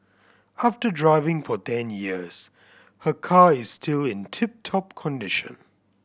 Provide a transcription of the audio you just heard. after driving for ten years her car is still in tip top condition